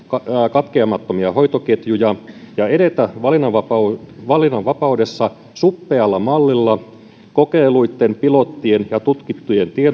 katkeamattomia hoitoketjuja ja edetä valinnanvapaudessa valinnanvapaudessa suppealla mallilla kokeiluitten pilottien ja tutkitun